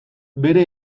bere